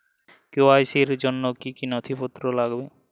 KYC র জন্য কি কি নথিপত্র লাগবে?